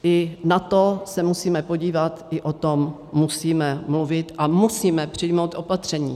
I na to se musíme podívat, i o tom musíme mluvit a musíme přijmout opatření.